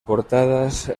portadas